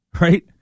right